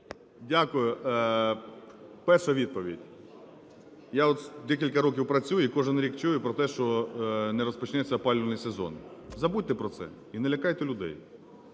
Дякую. Перша відповідь. Я декілька років працюю і кожен рік чую про те, що не розпочнеться опалювальний сезон. Забудьте про це і не лякайте людей.